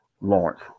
lawrence